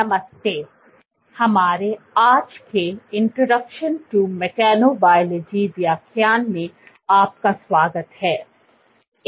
नमस्ते हमारे आज के इंट्रोडक्शन टू मेकैनोबायोलॉजी व्याख्यान में आपका स्वागत है